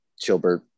Chilbert